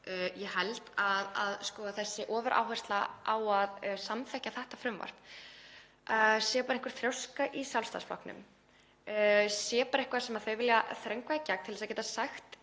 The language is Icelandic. Ég held að þessi ofuráhersla á að samþykkja þetta frumvarp sé bara einhver þrjóska í Sjálfstæðisflokknum, sé bara eitthvað sem þau vilja þröngva í gegn til þess að geta sagt